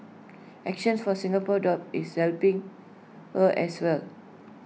actions for Singapore dogs is helping her as well